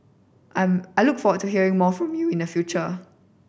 I'm I look forward to hearing more from you in the future